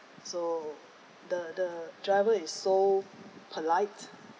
so the the driver is so polite